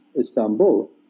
Istanbul